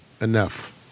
Enough